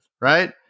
right